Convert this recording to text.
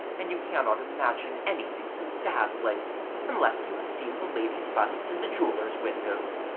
and you cannot imagine anything so dazzling unless you have seen the ladies' busts in the jewellers' windows.